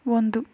ಒಂದು